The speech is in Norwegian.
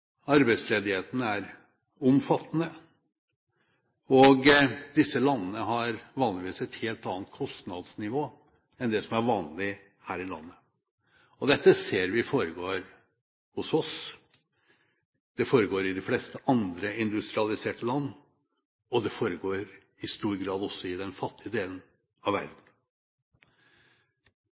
arbeidsledigheten er omfattende, og disse landene har vanligvis et helt annet kostnadsnivå enn det som er vanlig her i landet. Dette ser vi foregår hos oss. Det foregår i de fleste andre industrialiserte land, og det foregår i stor grad også i den fattige delen av verden.